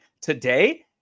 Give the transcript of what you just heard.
today